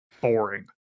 boring